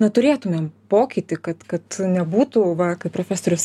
na turėtumėm pokytį kad kad nebūtų va kaip profesorius